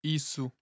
Isso